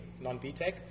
non-VTEC